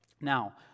now